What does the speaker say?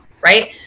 right